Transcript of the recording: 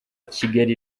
kigali